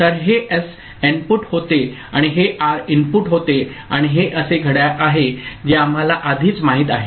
तर हे S input होते आणि हे आर इनपुट होते आणि हे असे घड्याळ आहे जे आम्हाला आधीच माहित आहे